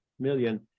million